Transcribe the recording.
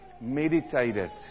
meditated